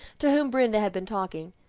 to whom brenda had been talking.